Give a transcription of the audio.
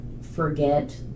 forget